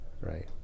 right